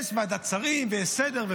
יש ועדת שרים ויש סדר.